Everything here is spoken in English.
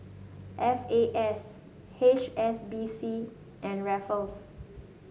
F A S H S B C and refers